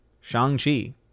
Shang-Chi